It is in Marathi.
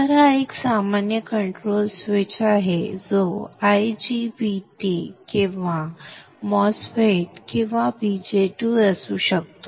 तर हा एक सामान्य कंट्रोल स्विच आहे जो IGBT किंवा MOSFET संदर्भ वेळ 0154 किंवा BJT असू शकतो